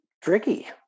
tricky